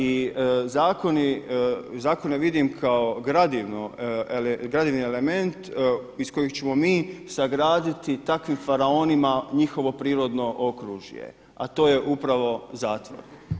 I zakoni, zakone vidim kao gradivni element iz kojeg ćemo mi izgraditi takvim faraonima njihovo prirodno okružje a to je upravo zatvor.